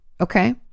Okay